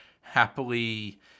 happily